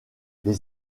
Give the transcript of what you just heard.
les